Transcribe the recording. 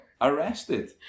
arrested